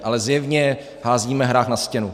Ale zjevně házíme hrách na stěnu.